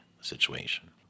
situation